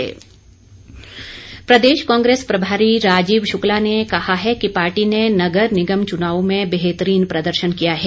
राजीव शुक्ला प्रदेश कांग्रेस प्रभारी राजीव शुक्ला ने कहा है कि पार्टी ने नगर निगम चुनावों में बेहतरीन प्रदर्शन किया है